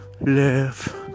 Left